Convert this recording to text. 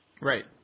Right